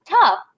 tough